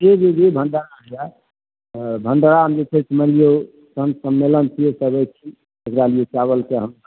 जी जी जी भंडारा छै भंडारामे जे छै मानि लिऔ संत सम्मेलन छियै करैत छी ओकरा लिए चाबलके हम